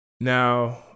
now